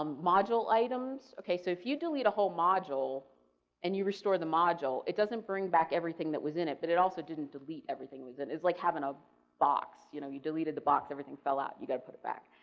um module items, okay. so if you delete a whole module and you restore the module, it doesn't bring back everything that was in it, but it also didn't delete everything, it is like having a box. you know you deleted the box everything fell out, you got to put it back.